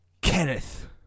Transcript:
Kenneth